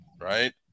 right